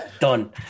done